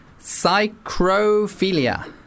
psychrophilia